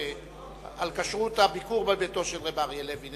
על כשרות הביקור בביתו של רב אריה לוין,